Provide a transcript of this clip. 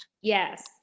Yes